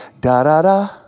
Da-da-da